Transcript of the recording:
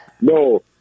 No